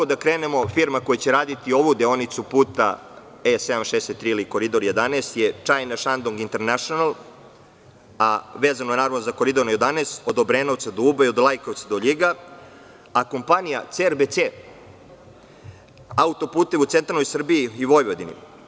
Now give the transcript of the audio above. Firma koja će raditi ovu deonicu puta E 763 ili koridor 11 je China Shandong International, a vezano za Koridor 11, od Obrenovca do Uba i od Lajkovca do Ljiga, a kompanija CRBC autoputeve u centralnoj Srbiji i Vojvodini.